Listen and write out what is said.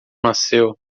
nasceu